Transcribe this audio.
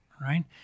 right